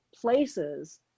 places